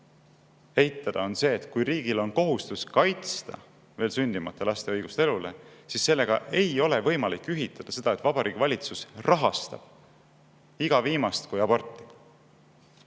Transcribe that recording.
eitada, on see, et kui riigil on kohustus kaitsta veel sündimata laste õigust elule, siis sellega ei ole võimalik ühitada seda, et Vabariigi Valitsus rahastab iga viimast kui aborti.